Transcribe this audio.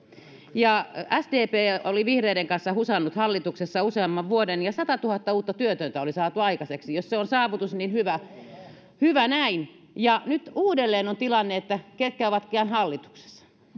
sdp oli vihreiden kanssa husannut hallituksessa useamman vuoden ja satatuhatta uutta työtöntä oli saatu aikaiseksi jos se on saavutus niin hyvä näin nyt uudelleen on se tilanne eli ketkä ovatkaan hallituksessa